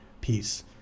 Peace